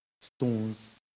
stones